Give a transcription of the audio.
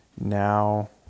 Now